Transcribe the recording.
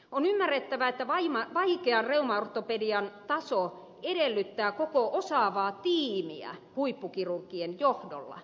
on ymmärrettävä että vaikean reumaortopedian taso edellyttää koko osaavaa tiimiä huippukirurgien johdolla